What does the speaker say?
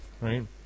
right